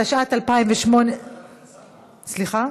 התשע"ט 2018. סליחה?